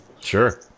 Sure